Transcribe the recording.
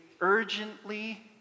urgently